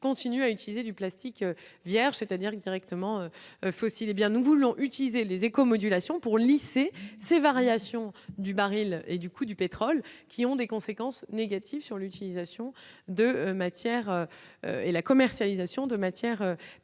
continuent à utiliser du plastique vierge, c'est-à-dire directement fossiles, hé bien nous voulons utiliser les éco-modulation pour lisser ces variations du baril et du coût du pétrole qui ont des conséquences négatives sur l'utilisation de matières et la commercialisation de matières plastiques